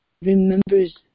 remembers